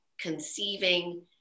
conceiving